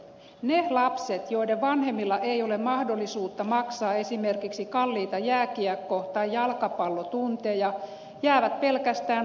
ne lapset joiden vanhemmilla ei ole mahdollisuutta maksaa esimerkiksi kalliita jääkiekko tai jalkapallotunteja jäävät pelkästään koululiikunnan varaan